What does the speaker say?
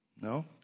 No